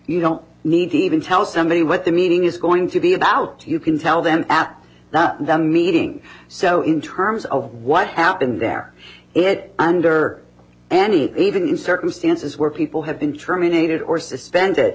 you don't need to even tell somebody what the meeting is going to be about you can tell them at the meeting so in terms of what happened there it under any even in circumstances where people have been terminated or suspended